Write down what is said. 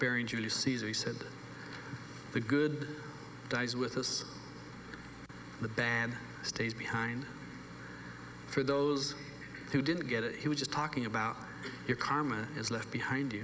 it julius caesar he said the good guys with us the bad stays behind for those who didn't get it he was just talking about your karma is left behind